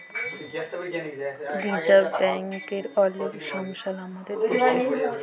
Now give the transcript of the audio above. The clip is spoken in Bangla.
রিজাভ ব্যাংকেরলে অলেক সমমাল আমাদের দ্যাশে